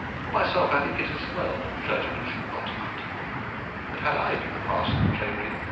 for myself, i think it as well that clergymen should not hunt but had i been the parson of clavering,